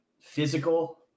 physical